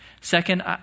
Second